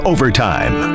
Overtime